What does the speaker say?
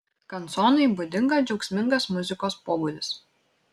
kanconai būdinga džiaugsmingas muzikos pobūdis